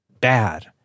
bad